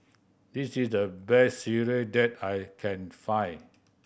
this is the best sireh that I can find